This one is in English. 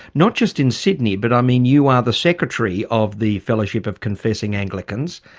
not just in sydney but i mean, you are the secretary of the fellowship of confessing anglicans,